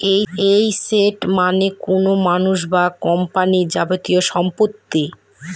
asset মানে কোনো মানুষ বা কোম্পানির যাবতীয় সম্পত্তি